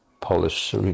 Polish